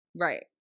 Right